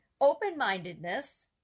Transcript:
open-mindedness